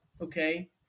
okay